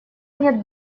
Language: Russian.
нет